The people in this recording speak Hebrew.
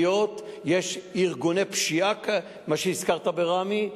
יש ארגוני פשיעה, מה שהזכרת בראמה.